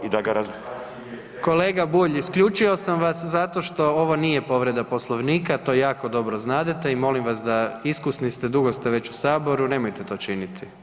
Kolega Bulj isključio sam vas zato što ovo nije povreda Poslovnika, to jako dobro znadete i molim vas da, iskusni ste dugo ste već u Saboru, nemojte to činiti.